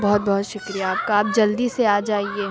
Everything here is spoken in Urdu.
بہت بہت شُکریہ آپ کا آپ جلدی سے آ جائیے